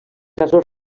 gasos